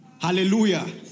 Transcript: Hallelujah